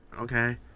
okay